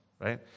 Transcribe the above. right